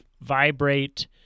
vibrate